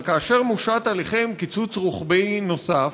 אבל כאשר מושת עליכם קיצוץ רוחבי נוסף,